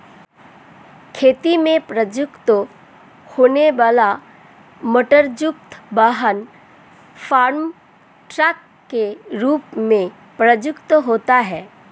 खेती में प्रयुक्त होने वाला मोटरयुक्त वाहन फार्म ट्रक के रूप में प्रयुक्त होता है